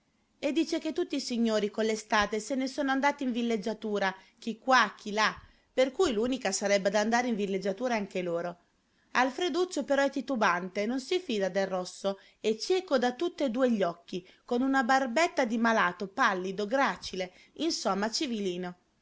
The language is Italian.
e dice che tutti i signori con l'estate se ne sono andati in villeggiatura chi qua chi là per cui l'unica sarebbe d'andare in villeggiatura anche loro alfreduccio però è titubante non si fida del rosso è cieco da tutt'e due gli occhi con una barbetta di malato pallido gracile insomma civilino